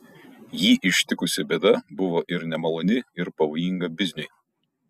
jį ištikusi bėda buvo ir nemaloni ir pavojinga bizniui